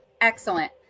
Excellent